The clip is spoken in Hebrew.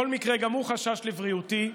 בכל מקרה, גם הוא חשש לבריאותי,